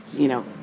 you know,